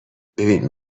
ببین